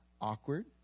awkward